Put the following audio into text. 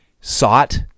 sought